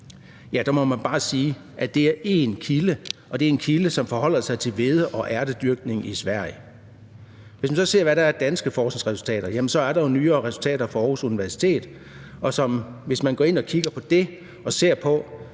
Ja, der må man bare sige, at det er én kilde, og at det er en kilde, som forholder sig til hvede- og ærtedyrkning i Sverige. Hvis man så ser på, hvad der er af danske forskningsresultater, så er der jo nyere resultater fra Aarhus Universitet, som viser, hvis man går ind og kigger på det og ser på,